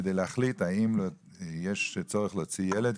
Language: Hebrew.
כדי להחליט האם יש צורך להוציא ילד.